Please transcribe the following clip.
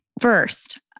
first